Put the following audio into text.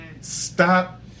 Stop